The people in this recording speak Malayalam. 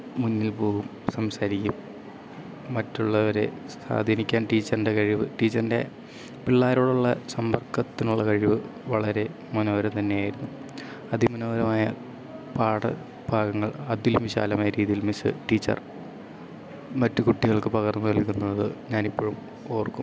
മുന്നിൽ പോകും സംസാരിക്കും മറ്റുള്ളവരെ സ്വാധീനിക്കാൻ ടീച്ചറിൻ്റെ കഴിവ് ടീച്ചറിൻ്റെ പിള്ളേരോടുള്ള സമ്പർക്കത്തിനുള്ള കഴിവ് വളരെ മനോഹരം തന്നെയായിരുന്നു അതിമനോഹരമായ പാഠ ഭാഗങ്ങൾ അതിലും വിശാലമായ രീതിയിൽ മിസ്സ് ടീച്ചർ മറ്റു കുട്ടികൾക്ക് പകർന്നു നൽകുന്നത് ഞാനിപ്പോഴും ഓർക്കും